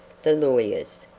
the lawyers.